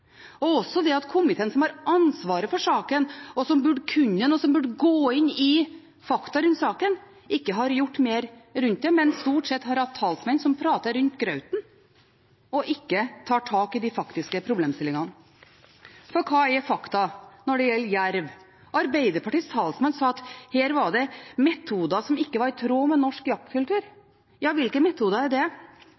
også det at komiteen som har ansvaret for saken, som burde kunne den, og som burde gå inn i fakta rundt saken, ikke har gjort mer rundt det, men stort sett har hatt talsmenn som prater rundt grøten og ikke tar tak i de faktiske problemstillingene. For hva er fakta når det gjelder jerv? Arbeiderpartiets talsmann sa at her var det metoder som ikke var i tråd med norsk jaktkultur.